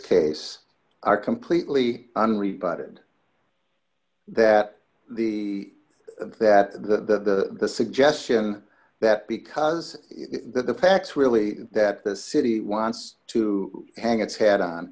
case are completely unreported that the that the suggestion that because that the facts really that the city wants to hang its hat on